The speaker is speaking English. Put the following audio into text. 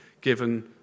given